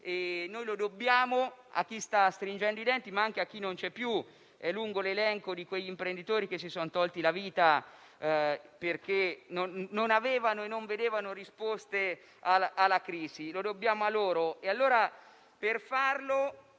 lo dobbiamo a chi sta stringendo i denti, ma anche a chi non c'è più. È lungo l'elenco di quegli imprenditori che si sono tolti la vita perché non avevano e non vedevano risposte alla crisi; lo dobbiamo a loro. Per farlo